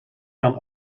kan